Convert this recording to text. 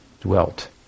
dwelt